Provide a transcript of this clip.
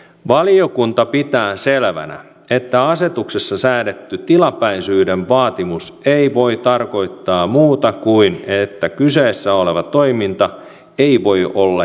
valiokunta pitää selvänä että asetuksessa säädetty tilapäisyyden vaatimus ei voi tarkoittaa muuta kuin että kyseessä oleva toiminta ei voi olla jatkuvaa